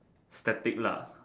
static lah